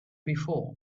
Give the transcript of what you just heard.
before